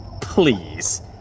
Please